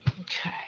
Okay